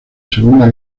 segunda